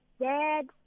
dad